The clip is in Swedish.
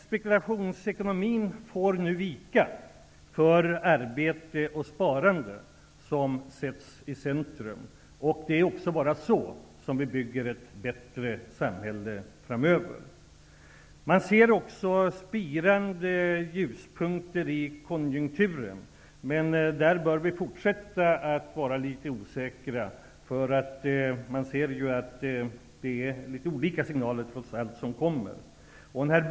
Spekulationsekonomin får nu vika för arbete och sparande som sätts i centrum. Det är bara så som vi bygger ett bättre samhälle framöver. Man ser också spirande ljuspunkter i konjunkturen, men där bör vi fortsätta att vara litet osäkra. Man ser ju att de signaler som kommer trots allt är olika.